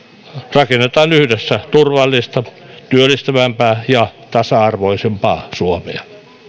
rakennetaan yhdessä turvallista työllistävämpää ja tasa arvoisempaa suomea